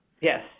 Yes